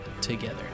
together